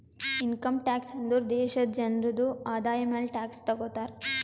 income tax ಅಂದುರ್ ದೇಶಾದು ಜನ್ರುದು ಆದಾಯ ಮ್ಯಾಲ ಟ್ಯಾಕ್ಸ್ ತಗೊತಾರ್